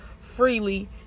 freely